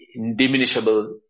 indiminishable